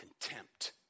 Contempt